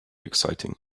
exciting